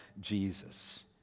Jesus